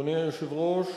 אדוני היושב-ראש,